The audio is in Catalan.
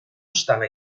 estava